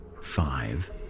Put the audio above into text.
Five